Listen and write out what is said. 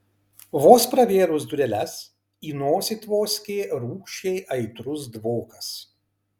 vos pravėrus dureles į nosį tvoskė rūgščiai aitrus dvokas